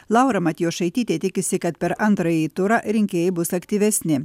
laura matjošaitytė tikisi kad per antrąjį turą rinkėjai bus aktyvesni